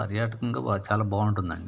పర్యాటకంగా బాగా చాలా బాగుంటుందండి